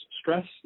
stress